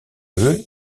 eux